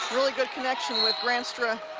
really good connection with granstra